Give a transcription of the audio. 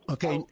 Okay